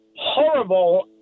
horrible